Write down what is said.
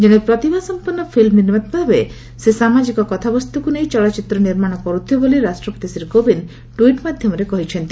ଜଣେ ପ୍ରତିଭା ସମ୍ପନ୍ନ ଫିଲ୍ମ ନିର୍ମାତା ଭାବେ ସେ ସାମାଜିକ କଥାବସ୍ତୁକୁ ନେଇ ଚଳଚ୍ଚିତ୍ର ନିର୍ମାଣ କରୁଥିଲେ ବୋଲି ରାଷ୍ଟ୍ରପତି ଶ୍ରୀ କୋବିନ୍ଦ ଟ୍ୱିଟ୍ ମାଧ୍ୟମରେ କହିଛନ୍ତି